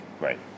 Right